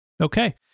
Okay